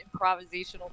improvisational